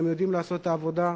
הם יודעים לעשות את העבודה,